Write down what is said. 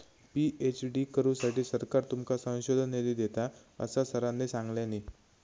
PhD करुसाठी सरकार तुमका संशोधन निधी देता, असा सरांनी सांगल्यानी